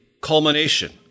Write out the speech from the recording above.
culmination